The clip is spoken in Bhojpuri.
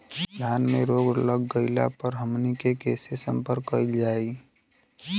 धान में रोग लग गईला पर हमनी के से संपर्क कईल जाई?